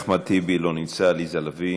אחמד טיבי, לא נמצא, עליזה לביא,